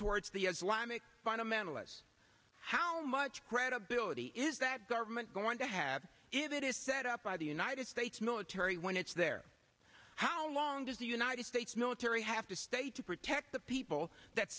towards the fundamentalists how much credibility is that government going to have is it is set up by the united states military when it's there how long does the united states military have to stay to protect the people that